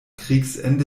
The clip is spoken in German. kriegsende